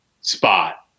spot